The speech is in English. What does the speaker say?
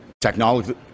technology